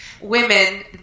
women